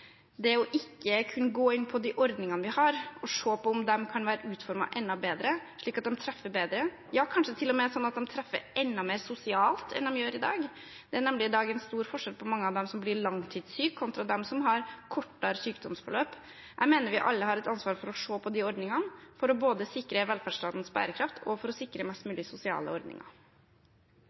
Å gå inn på de ordningene vi har, og se på om de kan være utformet enda bedre, slik at de treffer bedre, ja, kanskje til og med sånn at de treffer enda mer sosialt enn de gjør i dag – det er nemlig i dag en stor forskjell på mange av dem som blir langtidssyke, kontra dem som har kortere sykdomsforløp – mener jeg vi alle har et ansvar for, å se på de ordningene både for å sikre velferdsstatens bærekraft og for å sikre mest mulig sosiale ordninger.